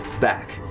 back